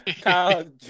Kyle